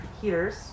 heaters